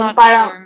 parang